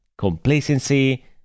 complacency